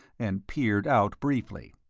and peered out, briefly.